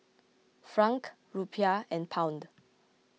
Franc Rupiah and Pound